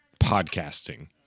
podcasting